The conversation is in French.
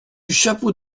chapeau